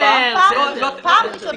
ראשונה.